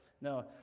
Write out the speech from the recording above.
No